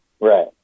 Right